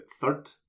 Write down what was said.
third